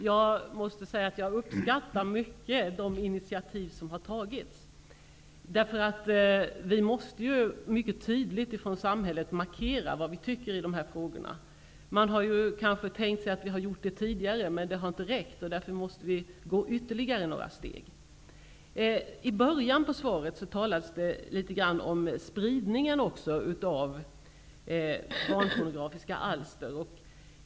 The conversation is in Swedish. Fru talman! Jag uppskattar mycket de initiativ som har tagits. Samhället måste mycket tydligt markera sin inställning i dessa frågor. Det har vi kanske gjort tidigare också, men det har inte räckt. Därför måste vi gå ytterligare några steg. I början av svaret talas det litet grand om spridningen av barnpornografiska alster.